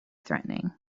threatening